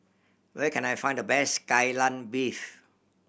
where can I find the best Kai Lan Beef